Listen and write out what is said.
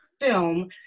film